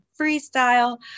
freestyle